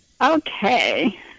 Okay